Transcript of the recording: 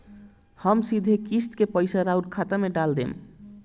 हम सीधे किस्त के पइसा राउर खाता में डाल देम?